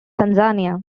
tanzania